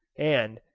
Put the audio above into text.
and,